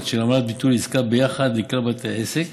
של עמלת ביטול עסקה ביחד לכלל בתי העסק